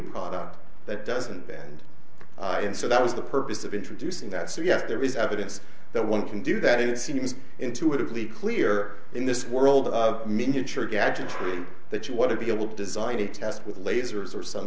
product that doesn't bend and so that was the purpose of introducing that so yes there is evidence that one can do that it seems intuitively clear in this world of miniature gadgetry that you want to be able to design a test with lasers or some